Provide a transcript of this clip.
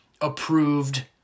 approved